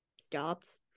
stops